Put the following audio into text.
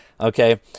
okay